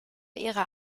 ihrer